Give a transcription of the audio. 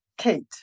Kate